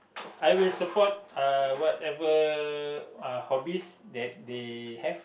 I will support uh whatever uh hobbies that they have